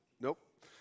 Nope